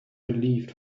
relieved